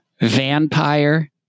Vampire